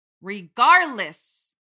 Regardless